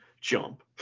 jump